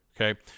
Okay